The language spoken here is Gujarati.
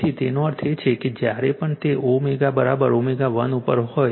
તેથી તેનો અર્થ એ છે કે જ્યારે પણ તે ω ω1 ઉપર હોય